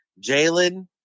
Jalen